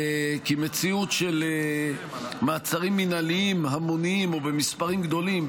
כי מציאות של מעצרים מינהליים המוניים או במספרים גדולים,